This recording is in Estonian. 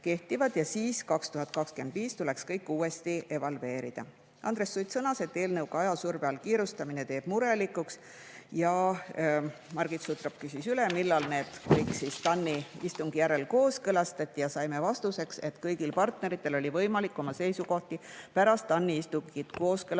ja aastal 2025 tuleks kõik uuesti evalveerida. Andres Sutt sõnas, et eelnõuga ajasurve all kiirustamine teeb murelikuks. Margit Sutrop küsis üle, millal kõik see TAN-i istungi järel kooskõlastati. Saime vastuseks, et kõigil partneritel oli võimalik oma seisukohti pärast TAN-i istungit kooskõlastusringil